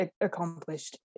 accomplished